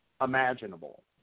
imaginable